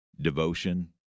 devotion